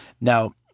Now